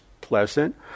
pleasant